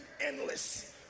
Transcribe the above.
endless